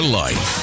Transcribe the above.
life